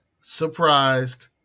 surprised